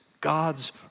God's